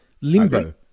limbo